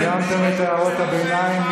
סיימתם את הערות הביניים?